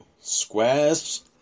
squares